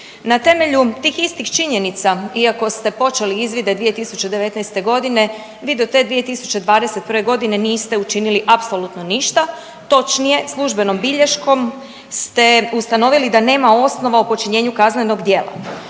Na temelju tih istih činjenica iako ste počeli izvide 2019.g. vi do te 2021.g. niste učinili apsolutno ništa, točnije službenom bilješkom ste ustanovili da nema osnova u počinjenju kaznenog djela.